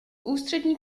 ústřední